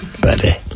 buddy